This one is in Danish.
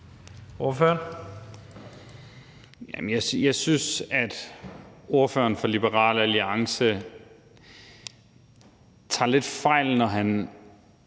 (SF): Jeg synes, at ordføreren for Liberal Alliance tager lidt fejl, når han